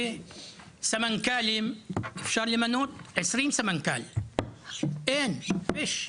סמנכ"לים אפשר למנות, כ-20 סמנכ"לים ואין איש,